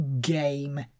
game